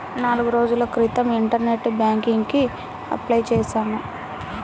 నాల్గు రోజుల క్రితం ఇంటర్నెట్ బ్యేంకింగ్ కి అప్లై చేశాను